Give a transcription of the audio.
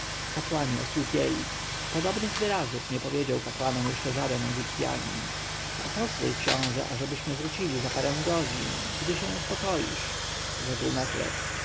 kapłani osłupieli podobnych wyrazów nie powiedział kapłanom żaden jeszcze egipcjanin pozwól książę ażebyśmy wrócili za parę godzin gdy się uspokoisz rzekł